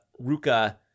Ruka